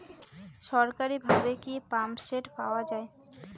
সরকারিভাবে কি পাম্পসেট পাওয়া যায়?